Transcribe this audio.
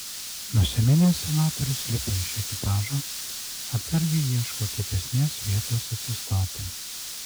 nusiminęs senatorius lipa iš ekipažo atsargiai ieško kietesnės vietos atsistoti